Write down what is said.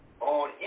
on